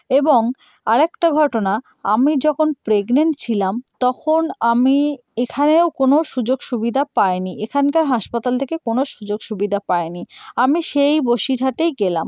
এবং আরেকটা ঘটনা আমি যখন প্রেগনেন্ট ছিলাম তখন আমি এখানেরও কোনো সুযোগ সুবিধা পায়নি এখানকার হাসপাতাল থেকে কোনো সুযোগ সুবিধা পায়নি আমি সেই বসিরহাটেই গেলাম